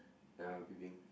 ya peeping